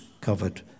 covered